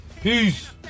Peace